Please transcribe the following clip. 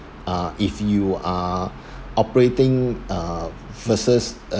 uh if you are operating uh versus